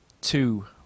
two